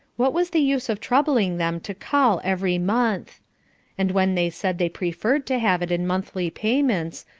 what was the use of troubling them to call every month and when they said they preferred to have it in monthly payments,